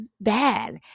bad